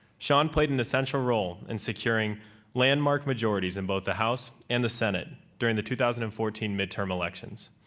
sean played an essential role in securing landmark majorities in both the house and the senate during the two thousand and fourteen midterm elections.